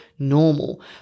Normal